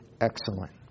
excellent